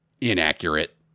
Inaccurate